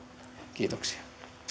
kiitoksia